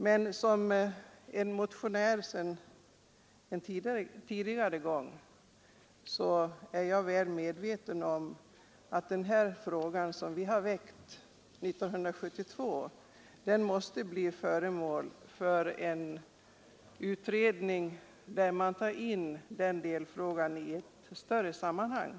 Men som motionär från ett tidigare tillfälle är jag väl medveten om att den fråga som vi väckte 1972 måste bli föremål för en utredning, där den tas in som en delfråga i ett större sammanhang.